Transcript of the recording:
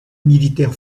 militaire